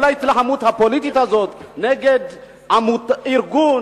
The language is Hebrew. כל ההתלהמות הפוליטית הזאת נגד ארגון